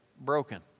broken